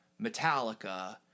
Metallica